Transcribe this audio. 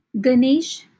Ganesh